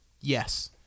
Yes